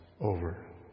over